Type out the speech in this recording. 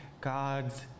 God's